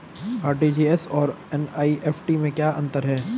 RTGS और NEFT में क्या अंतर है?